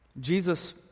Jesus